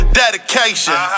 dedication